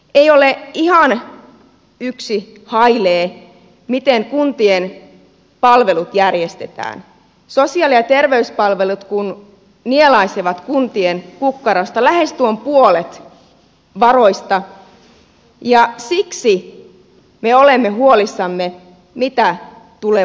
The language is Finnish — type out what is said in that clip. ei ole ihan yksi hailee miten kuntien palvelut järjestetään sosiaali ja terveyspalvelut kun nielaisevat kuntien kukkarosta lähes tuon puolet varoista ja siksi me olemme huolissamme siitä mitä tuleman pitää